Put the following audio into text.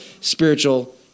spiritual